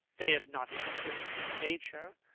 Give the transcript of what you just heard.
they had not influenced his nature.